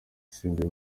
asimbuye